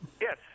Yes